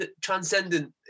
transcendent